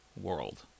world